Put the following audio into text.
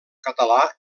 català